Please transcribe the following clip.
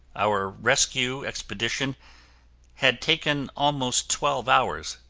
our rescue expedition had taken almost twelve hours.